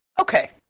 Okay